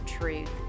truth